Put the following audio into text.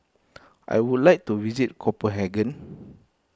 I would like to visit Copenhagen